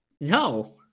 No